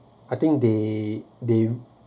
I think they they